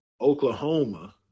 Oklahoma